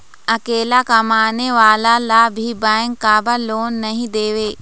अकेला कमाने वाला ला भी बैंक काबर लोन नहीं देवे?